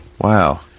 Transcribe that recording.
Wow